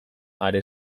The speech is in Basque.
are